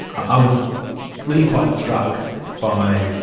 i was really quite struck by